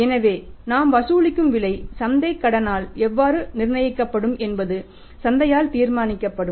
எனவே நாம் வசூலிக்கும் விலை சந்தைக் கடனால் எவ்வாறு நிர்ணயிக்கப்படும் என்பது சந்தையால் தீர்மானிக்கப்படும்